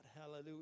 Hallelujah